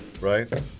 right